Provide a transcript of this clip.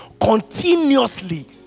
continuously